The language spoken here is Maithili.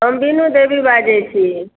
हम बीनू देवी बाजै छी